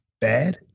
Bad